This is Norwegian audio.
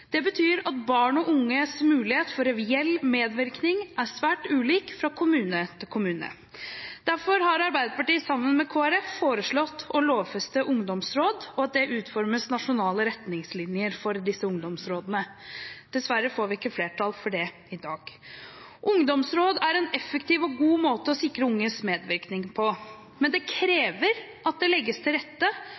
Det betyr at barn og unges mulighet for reell medvirkning er svært ulik fra kommune til kommune. Derfor har Arbeiderpartiet sammen med Kristelig Folkeparti foreslått å lovfeste ungdomsråd, og at det utformes nasjonale retningslinjer for disse ungdomsrådene. Dessverre får vi ikke flertall for det i dag. Ungdomsråd er en effektiv og god måte å sikre unges medvirkning på, men det krever at det legges til rette